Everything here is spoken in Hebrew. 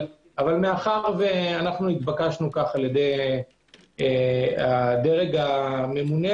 אבל מאחר שהתבקשנו כך על-ידי הדרג הממונה,